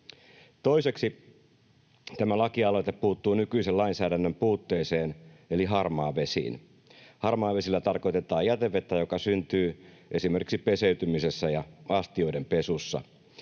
Toiseksi, tämä lakialoite puuttuu nykyisen lainsäädännön puutteeseen eli harmaavesiin. Harmaavesillä tarkoitetaan jätevettä, joka syntyy esimerkiksi peseytymisessä ja astioiden pesussa.